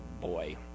boy